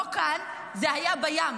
לא כאן, זה היה בים.